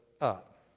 up